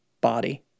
body